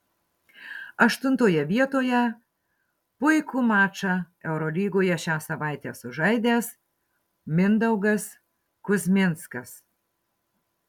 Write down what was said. aštuntoje vietoje puikų mačą eurolygoje šią savaitę sužaidęs mindaugas kuzminskas